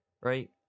Right